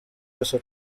yose